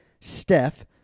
Steph